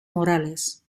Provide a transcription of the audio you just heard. morales